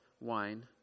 wine